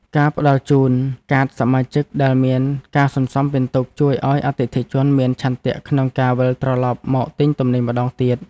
ការផ្ដល់ជូនកាតសមាជិកដែលមានការសន្សំពិន្ទុជួយឱ្យអតិថិជនមានឆន្ទៈក្នុងការវិលត្រឡប់មកទិញទំនិញម្តងទៀត។